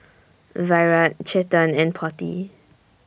Virat Chetan and Potti